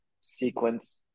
sequence